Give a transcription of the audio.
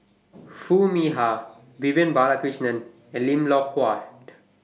Foo Mee Har Vivian Balakrishnan and Lim Loh Huat